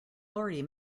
already